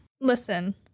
Listen